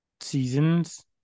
seasons